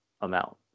amount